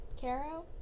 Caro